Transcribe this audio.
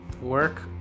Work